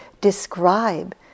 describe